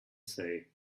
say